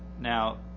Now